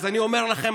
אז אני אומר לכם,